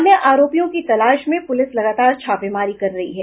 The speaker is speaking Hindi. अन्य आरोपियों की तलाश में पुलिस लगातार छापेमारी कर रही है